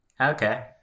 Okay